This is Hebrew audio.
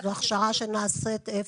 זו הכשרה שנעשית איפה?